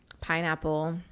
Pineapple